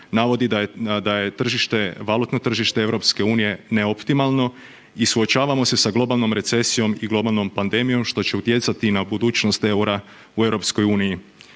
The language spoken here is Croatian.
navodi da tržište, valutno tržište EU neoptimalno i suočavamo se sa globalnom recesijom i globalnom pandemijom što će utjecati na budućnost EUR-a u EU.